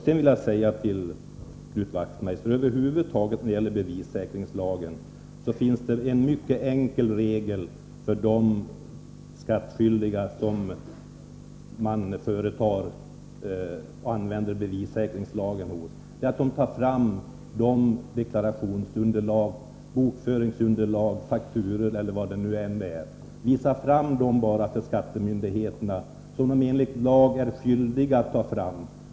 Sedan vill jag säga till Knut Wachtmeister, när det gäller bevissäkringslagen, att det finns en mycket enkel regel för de skattskyldiga som man använder den här lagstiftningen mot — nämligen att de tar fram deklarationsunderlag, bokföringsunderlag, fakturor och annat, som de enligt lagen är skyldiga att ta fram, och visar dessa handlingar för skattemyndigheterna.